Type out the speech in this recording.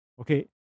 Okay